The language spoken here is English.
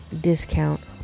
discount